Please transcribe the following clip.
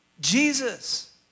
Jesus